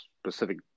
specific